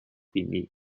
比例